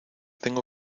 tengo